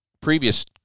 previous